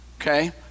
okay